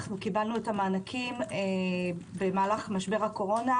אנחנו קיבלנו את המענקים במהלך משבר הקורונה,